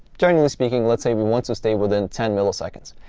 generally speaking, let's say we want to stay within ten milliseconds.